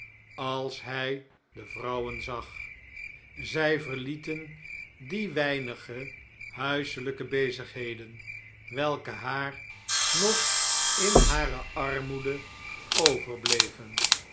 als hy de vrouwen zag zn verlieten die weinige huiselyke bezigheden welke haar nog in hare armoede overbleven